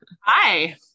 Hi